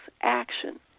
action